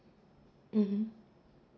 mm